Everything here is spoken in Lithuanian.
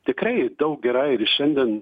tikrai daug yra ir šiandien